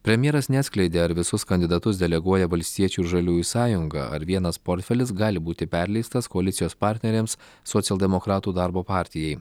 premjeras neatskleidė ar visus kandidatus deleguoja valstiečių ir žaliųjų sąjunga ar vienas portfelis gali būti perleistas koalicijos partneriams socialdemokratų darbo partijai